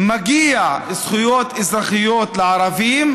מגיעות זכויות אזרחיות לערבים,